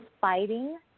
fighting